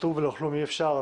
פטור בלא כלום אי אפשר,